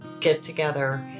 get-together